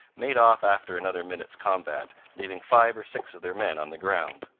made off after another minute's combat, leaving five or six of their men on the ground.